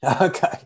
okay